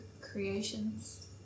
creations